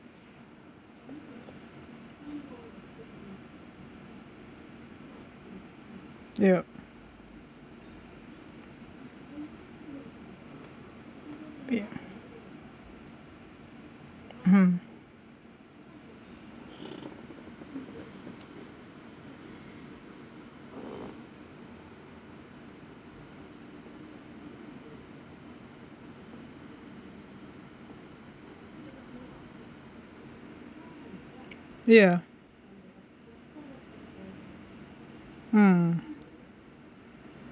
ya ya mmhmm ya mm